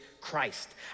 Christ